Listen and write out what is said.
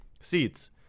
seats